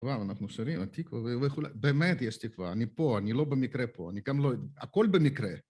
וואו, אנחנו שרים התקווה, ובאמת יש תקווה, אני פה, אני לא במקרה פה, אני כאן לא... הכל במקרה.